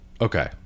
Okay